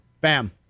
bam